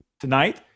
tonight